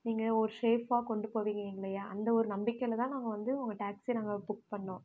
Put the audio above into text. நீங்கள் ஒரு ஷேஃபாக கொண்டு போவீங்க எங்களையே அந்த ஒரு நம்பிக்கையில் தான் நாங்கள் வந்து உங்கள் டேக்சியை நாங்கள் புக் பண்ணிணோம்